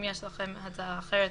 אם יש לכם הצעה אחרת,